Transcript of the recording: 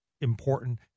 important